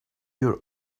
your